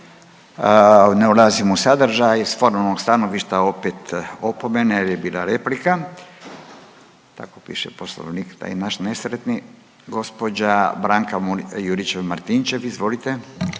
ne ulazim u sadržaj, s formalnog stanovišta opet opomene jer je bila replika, tako piše Poslovnik, taj naš nesretni. Gđa. Branka Juričev-Martinčev, izvolite.